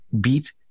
beat